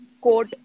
quote